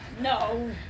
No